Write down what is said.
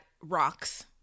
rocks